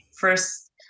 first